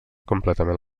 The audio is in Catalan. completament